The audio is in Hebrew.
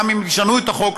גם אם ישנו את החוק,